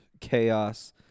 chaos